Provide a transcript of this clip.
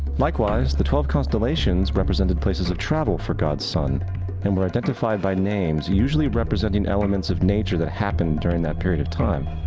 likewise, the twelve constellations represented places of travel for god's sun and were identified by names, usually representing elements of nature that happened during that period of time.